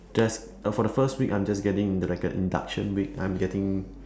just uh for the first week I'm just getting like a induction week I'm getting